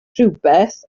rhywbeth